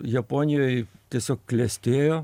japonijoj tiesiog klestėjo